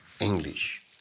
English